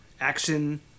action